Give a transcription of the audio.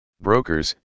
Brokers